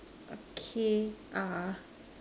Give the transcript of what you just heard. okay err